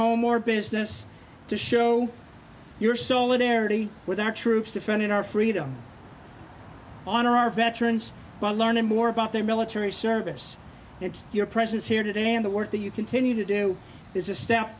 home or business to show your soul it aired with our troops defending our freedom honor our veterans by learning more about their military service it's your presence here today and the work that you continue to do is a step